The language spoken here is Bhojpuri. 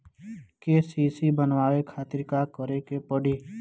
के.सी.सी बनवावे खातिर का करे के पड़ी?